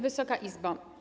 Wysoka Izbo!